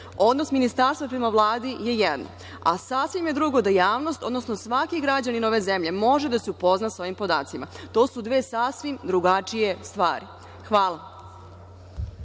Odnos ministarstva prema Vladi je jedno, a sasvim je drugo da javnost, odnosno svaki građanin ove zemlje može da se upozna sa ovim podacima. To su dve sasvim drugačije stvari. Hvala.